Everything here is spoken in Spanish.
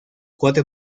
cuatro